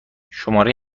شماره